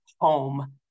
home